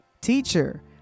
teacher